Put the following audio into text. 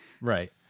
Right